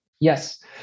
yes